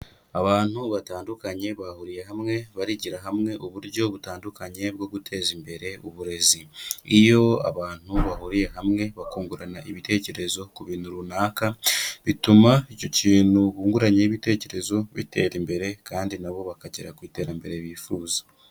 Abantu batandukanye bahuriye hamwe, barigira hamwe uburyo butandukanye bwo guteza imbere uburezi, iyo abantu bahuriye hamwe bakungurana ibitekerezo ku bintu runaka, bituma icyo kintu bunguranyeho ibitekerezo bitera imbere kandi nabo bakagera ku iterambere bifuza.